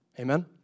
Amen